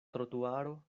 trotuaro